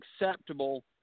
acceptable